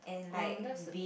oh no that's the